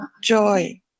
joy